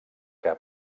que